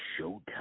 showtime